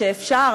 שאפשר,